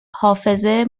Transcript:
حافظه